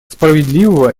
справедливого